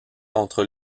entre